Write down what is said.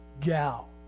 gal